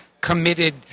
committed